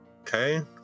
Okay